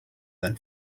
than